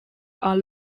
are